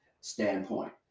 standpoint